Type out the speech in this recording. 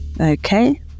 Okay